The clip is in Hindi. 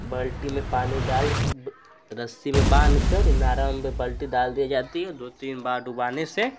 बाल्टी में पानी डाल रस्सी में बाँध कर इनार में बाल्टी डाल दी जाती है दो तीन बार डुबाने से